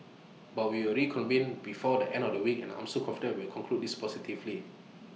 but we will reconvene before the end of the week and I'm confident we'll conclude this positively